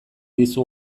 dizu